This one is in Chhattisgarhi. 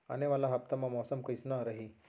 आने वाला हफ्ता मा मौसम कइसना रही?